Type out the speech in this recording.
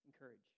encourage